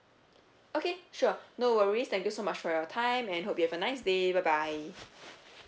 okay sure no worries thank you so much for your time and hope you have a nice day bye bye